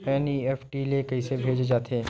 NEFT ले कइसे भेजे जाथे?